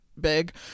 big